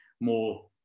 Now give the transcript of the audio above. more